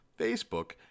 Facebook